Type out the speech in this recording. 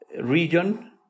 region